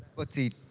let's see.